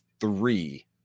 three